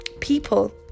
people